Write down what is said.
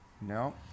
No